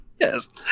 Yes